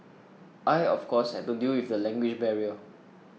I of course had to deal with the language barrier